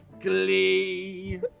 glee